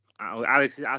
Alex